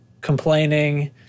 complaining